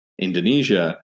Indonesia